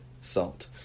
salt